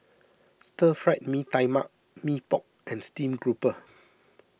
Stir Fried Mee Tai Mak Mee Pok and Steamed Grouper